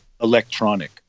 Electronic